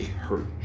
hurt